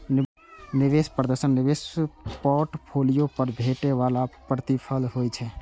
निवेश प्रदर्शन निवेश पोर्टफोलियो पर भेटै बला प्रतिफल होइ छै